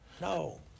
No